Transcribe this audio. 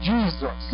Jesus